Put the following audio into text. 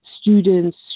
students